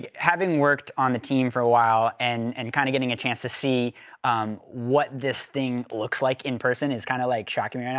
having worked on the team for a while and and kinda getting a chance to see what this things looks like in person, it's kinda kind of like shocking me right